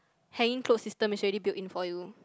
hanging clothes system is already built in for you